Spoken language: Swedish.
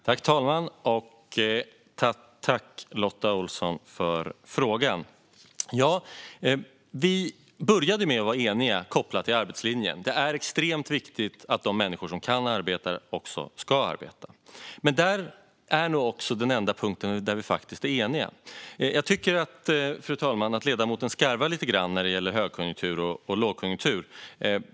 Fru talman! Tack, Lotta Olsson! Vi började med att vara eniga när det gäller arbetslinjen, nämligen att det är extremt viktigt att de människor som kan arbeta också ska arbeta. Men det är nog också den enda punkt där vi är eniga. Jag tycker att ledamoten skarvar lite grann när det gäller högkonjunktur och lågkonjunktur.